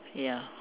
ya